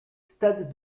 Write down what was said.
stade